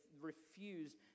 refused